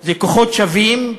זה כוחות שווים.